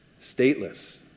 stateless